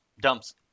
dumps